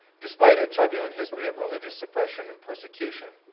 despite a turbulent history of religious suppression and persecution.